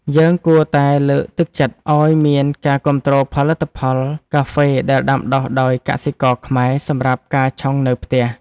យើងគួរតែលើកទឹកចិត្តឱ្យមានការគាំទ្រផលិតផលកាហ្វេដែលដាំដុះដោយកសិករខ្មែរសម្រាប់ការឆុងនៅផ្ទះ។